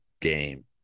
game